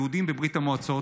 "יהודים בברית המועצות",